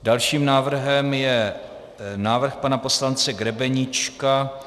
Dalším návrhem je návrh pana poslance Grebeníčka.